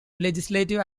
legislative